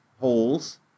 holes